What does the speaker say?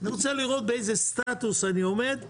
אני רוצה לראות באיזה סטטוס אני עומד,